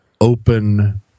open